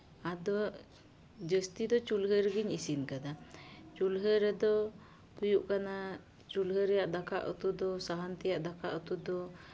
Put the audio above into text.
ᱟᱫᱚ ᱡᱟᱹᱥᱛᱤ ᱫᱚ ᱪᱩᱞᱦᱟᱹ ᱨᱮᱜᱮᱧ ᱤᱥᱤᱱ ᱠᱟᱫᱟ ᱪᱩᱞᱦᱟᱹ ᱨᱮᱫᱚ ᱦᱩᱭᱩᱜ ᱠᱟᱱᱟ ᱪᱩᱞᱦᱟᱹ ᱨᱮᱭᱟᱜ ᱫᱟᱠᱟ ᱩᱛᱩ ᱫᱚ ᱥᱟᱦᱟᱱ ᱛᱮᱭᱟᱜ ᱫᱟᱠᱟ ᱩᱛᱩ ᱫᱚ